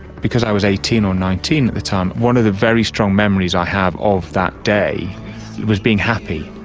because i was eighteen or nineteen at the time, one of the very strong memories i have of that day was being happy,